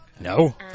No